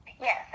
Yes